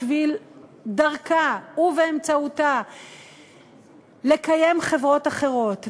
בשביל דרכה ובאמצעותה לקיים חברות אחרות,